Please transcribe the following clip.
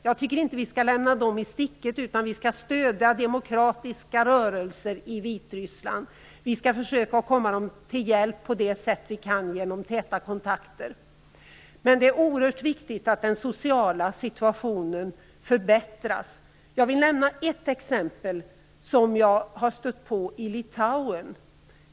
Jag tycker inte att vi skall lämna dem i sticket, utan vi skall stödja demokratiska rörelser i Vitryssland. Vi skall försöka att komma dem till hjälp på de sätt vi kan genom täta kontakter. Men det är oerhört viktigt att den sociala situationen förbättras. Jag vill nämna ett exempel som jag har stött på i Litauen.